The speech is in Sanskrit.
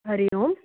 हरिः ओम्